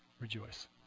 rejoice